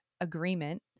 agreement